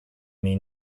mean